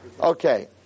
Okay